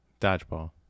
Dodgeball